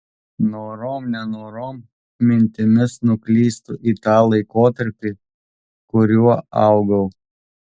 norom nenorom mintimis nuklystu į tą laikotarpį kuriuo augau